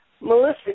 Melissa